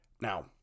now